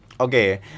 Okay